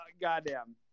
Goddamn